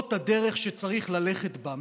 זאת הדרך שצריך ללכת בה.